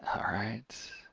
um alright.